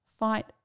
Fight